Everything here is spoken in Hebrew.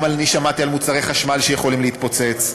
גם אני שמעתי על מוצרי חשמל שיכולים להתפוצץ.